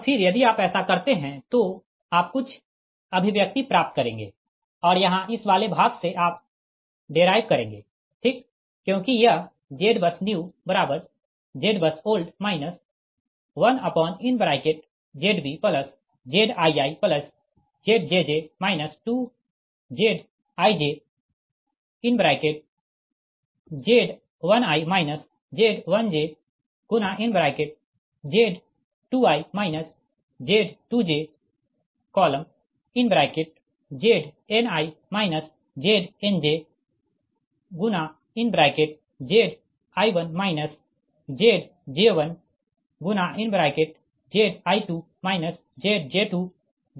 और फिर यदि आप ऐसा करते है तो तो आप कुछ अभिव्यक्ति प्राप्त करेंगे और यहाँ इस वाले भाग से आप डेराइव करेंगे ठीक क्योंकि यह ZBUSNEWZBUSOLD 1ZbZiiZjj 2ZijZ1i Z1j Z2i Z2j Zni Znj Zi 1 Zj 1Zi 2 Zj 2Zi n Zj n है